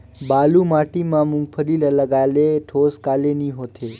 बालू माटी मा मुंगफली ला लगाले ठोस काले नइ होथे?